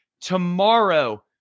tomorrow